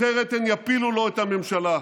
אחרת הן יפילו לו את הממשלה.